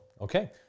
Okay